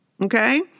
Okay